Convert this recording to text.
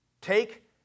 Take